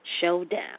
Showdown